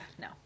no